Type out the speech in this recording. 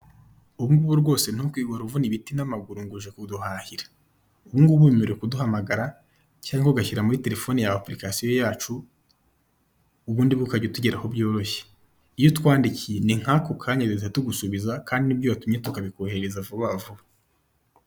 Ubungubu rwose ntukigore uvuna ibiti n'amaguru ngo uje kuduhahira. Ubungubu wemerewe kuduhamagara cyangwa ugashyira muri telefone yawe apurikasiyo yacu ubundi bwo ukajya utugeraho byoroshye. Iyo utwandikiye ni nkako kanya duhita tugusubiza kandi n'ibyo watumye tukabikoherereza vubavuba.